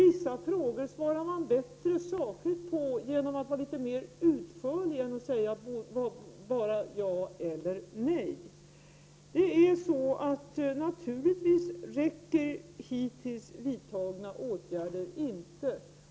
Vissa frågor svarar man bättre sakligt på genom att vara litet mera utförlig än att säga bara ja eller nej. Naturligtvis räcker hittills vidtagna åtgärder inte.